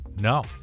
No